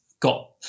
got